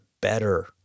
better